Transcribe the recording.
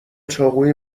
چاقوی